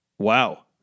Wow